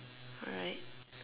alright